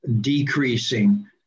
decreasing